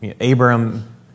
Abram